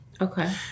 Okay